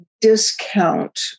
discount